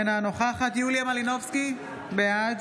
אינה נוכחת יוליה מלינובסקי, בעד